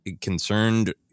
concerned